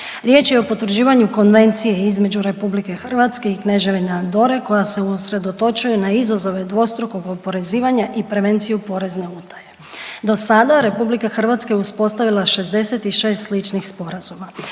Riječ je o potvrđivanju Konvencije između RH i Kneževine Andore koja se usredotočuje na izazove dvostrukog oporezivanja i prevenciju porezne utaje. Do sada RH je uspostavila 66 sličnih sporazuma.